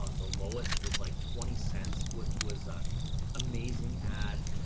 ah the lowest was like twenty cents, which was a amazing ad.